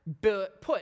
put